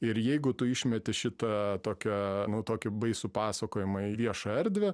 ir jeigu tu išmeti šitą tokią tokį baisų pasakojimą į viešą erdvę